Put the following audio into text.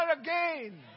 again